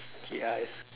K ask